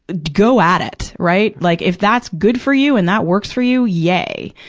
go at it, right? like, if that's good for you and that works for you, yay!